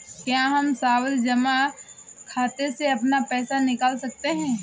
क्या हम सावधि जमा खाते से अपना पैसा निकाल सकते हैं?